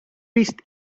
vist